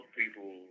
people